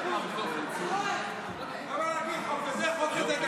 במקום להקריא הכול, תקרא: עוד חוק שחיתות.